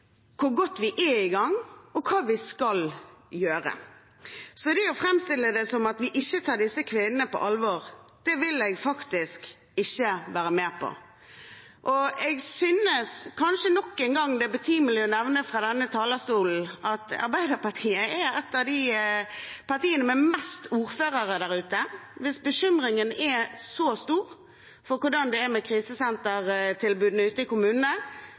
hvor godt vi er i gang, og hva vi skal gjøre. Så å framstille det som at vi ikke tar disse kvinnene på alvor, vil jeg faktisk ikke være med på. Jeg synes kanskje det nok en gang er betimelig å nevne fra denne talerstolen at Arbeiderpartiet er et av de partiene som har flest ordførere der ute. Hvis bekymringen er så stor for hvordan det er med krisesentertilbudene ute i kommunene,